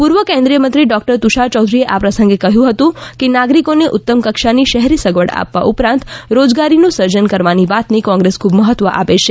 પૂર્વ કેન્દ્રિય મંત્રી ડોક્ટર તુષાર ચૌધરી એ આ પ્રસંગે કહ્યું હતું કે નાગરિકો ને ઉત્તમ કક્ષા ની શહેરી સગવડ આપવા ઉપરાંત રોજગારી નું સર્જન કરવાની વાત ને કોંગ્રેસ ખૂબ મહત્વ આપે છે